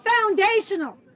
foundational